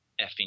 effing